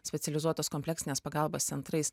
specializuotos kompleksinės pagalbos centrais